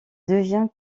devient